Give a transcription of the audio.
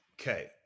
okay